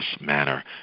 manner